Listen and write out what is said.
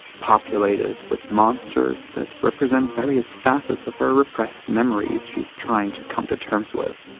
populated with monsters that represent various facets of her repressed memories she's trying to come to terms with.